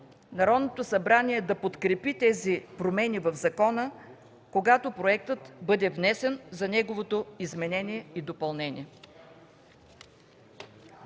Народното събрание да подкрепи тези промени в закона, когато проектът бъде внесен за неговото изменение и допълнение.